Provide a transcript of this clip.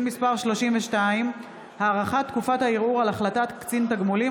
מס' 32) (הארכת תקופת הערעור על החלטת קצין תגמולים),